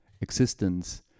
existence